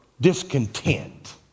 discontent